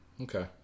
Okay